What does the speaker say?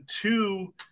two